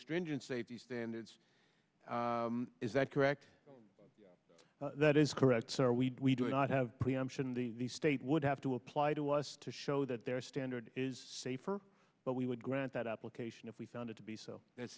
stringent safety standards is that correct that is correct sir we do not have preemption the state would have to apply to us to show that their standard is safer but we would grant that application if we found it to be so that's